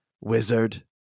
wizard